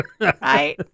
Right